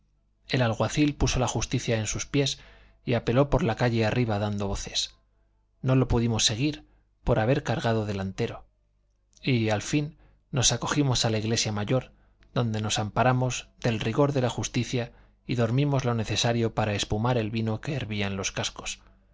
el alguacil puso la justicia en sus pies y apeló por la calle arriba dando voces no lo pudimos seguir por haber cargado delantero y al fin nos acogimos a la iglesia mayor donde nos amparamos del rigor de la justicia y dormimos lo necesario para espumar el vino que hervía en los cascos